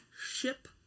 ship